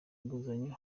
inguzanyo